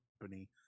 company